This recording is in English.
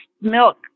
milk